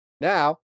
Now